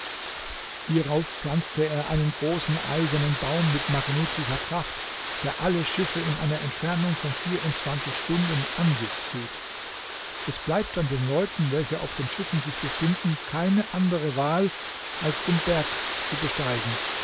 hierauf pflanzte er einen großen eisernen baum mit magnetischer kraft der alle schiffe in einer entfernung von vierundzwanzig stunden an sich zieht es bleibt dann den leuten welche auf den schiffen sich befinden keine andere wahl als den berg zu besteigen